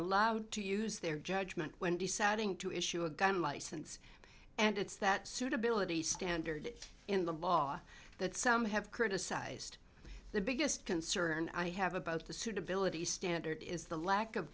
allowed to use their judgment when deciding to issue a gun license and it's that suitability standard in the law that some have criticized the biggest concern i have about the suitability standard is the lack of